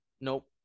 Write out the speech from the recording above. Nope